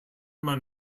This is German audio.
man